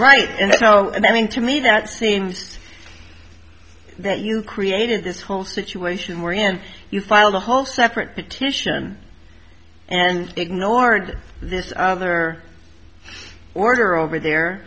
right and so i mean to me that seems that you created this whole situation wherein you filed a whole separate petition and ignored this other order over there